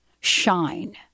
shine